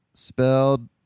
Spelled